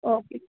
okay